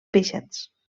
peixets